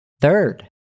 Third